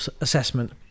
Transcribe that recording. assessment